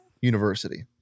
University